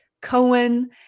Cohen